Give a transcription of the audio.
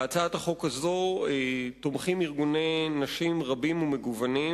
שבהצעת החוק הזאת תומכים ארגוני נשים רבים ומגוונים,